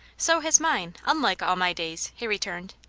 so has mine, unlike all my days, he returned.